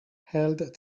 held